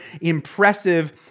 impressive